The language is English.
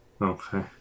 Okay